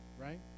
right